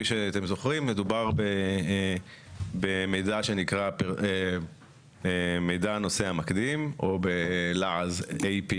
מדובר במידע שנקרא מידע נוסע מקדים - API